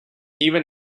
even